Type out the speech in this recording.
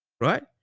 right